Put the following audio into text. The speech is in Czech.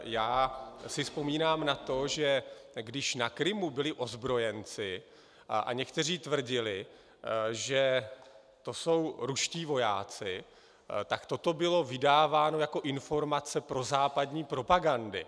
Já si vzpomínám na to, že když na Krymu byli ozbrojenci a někteří tvrdili, že to jsou ruští vojáci, tak toto bylo vydáváno jako informace prozápadní propagandy.